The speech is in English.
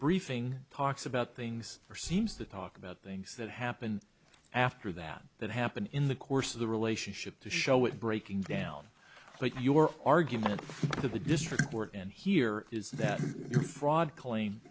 briefing talks about things or seems to talk about things that happened after that that happened in the course of the relationship to show it breaking down but your argument to the district court and here is that the fraud claim